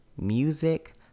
music